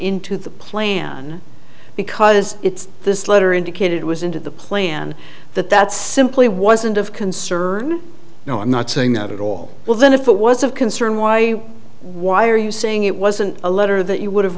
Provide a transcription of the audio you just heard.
into the plan because it's this letter indicated it was into the plan that that simply wasn't of concern no i'm not saying that at all well then if it was of concern why why are you saying it wasn't a letter that you would have